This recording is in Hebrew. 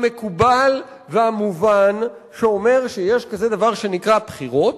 המקובל והמובן, שאומר שיש כזה דבר שנקרא בחירות,